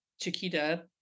Chiquita